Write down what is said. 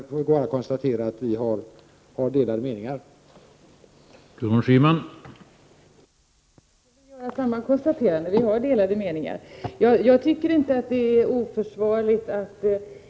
Jag bara konstaterar att vi har delade meningar om det.